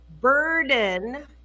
burden